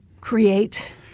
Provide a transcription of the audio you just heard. create